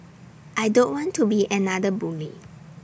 I don't want to be another bully